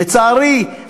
לצערי,